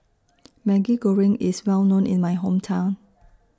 Maggi Goreng IS Well known in My Hometown